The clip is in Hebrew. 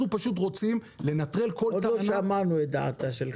אנחנו פשוט רוצים לנטרל כל טענה --- עוד לא שמענו את דעתה של חוה.